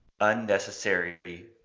unnecessary